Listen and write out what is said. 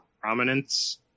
prominence